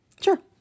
Sure